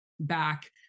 back